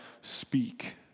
speak